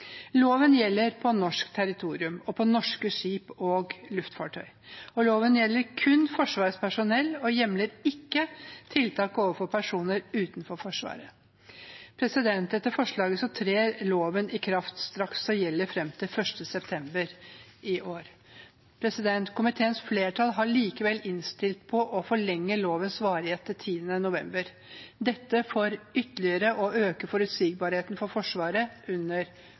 Loven gjelder på norsk territorium og på norske skip og luftfartøy. Loven gjelder kun Forsvarets personell og hjemler ikke tiltak overfor personer utenfor Forsvaret. Etter forslaget trer loven i kraft straks og gjelder fram til 1. september i år. Komiteens flertall har likevel innstilt på å forlenge lovens varighet til 10. november, dette for ytterligere å øke forutsigbarheten for Forsvaret under